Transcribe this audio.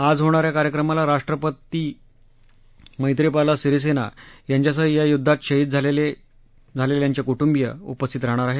आज होणा या कार्यक्रमाला राष्ट्रपत मधीपाला सिरीसेना यांच्यासह या युद्वात शहीद झालेल्यांचे कुटुंबिय उपस्थित राहणार आहेत